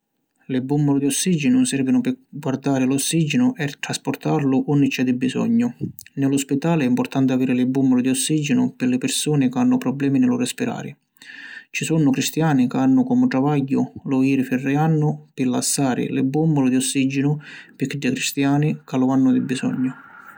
Li bummuli di ossigenu servinu pi guardari l’ossigenu e trasportarlu unni c’è di bisognu. Ni lu spitali è importanti aviri li bummuli di ossigeni pi li pirsuni ca hannu problemi ni lu rispirari. Ci sunnu cristiani ca hannu comu travagghiu lu jiri firriannu pi lassari li bummuli di ossigenu pi chiddi cristiani ca lu hannu di bisognu.